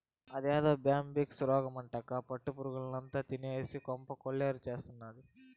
అదేదో బ్యాంబిక్స్ రోగమటక్కా పట్టు పురుగుల్నంతా తినేసి కొంప కొల్లేరు చేసినాది